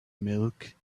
milk